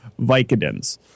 Vicodins